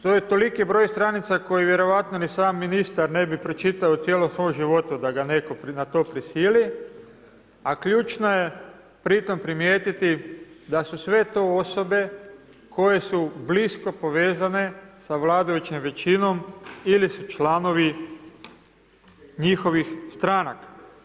To je toliki broj stranica koje vjerojatno ni sam ministar ne bi pročitao u cijelom svom životu da ga netko na to prisili, a ključno je pri tom primijetiti da su sve to osobe koje su blisko povezane sa vladajućom većinom ili su članovi njihovih stranaka.